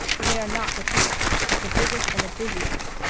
for they are not the chiefs but the biggest and the busiest.